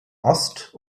ost